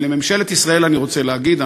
ולממשלת ישראל אני רוצה להגיד,